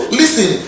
listen